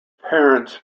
parents